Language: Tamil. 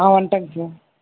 ஆ வந்துட்டேங்க சார்